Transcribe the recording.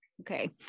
Okay